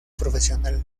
profesional